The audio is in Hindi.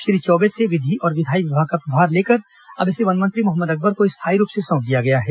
श्री चौबे से विधि और विधायी विभाग का प्रभार लेकर अब इसे वन मंत्री मोहम्मद अकबर को स्थायी रूप से सौंप दिया गया है